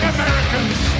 Americans